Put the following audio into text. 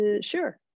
sure